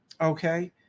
Okay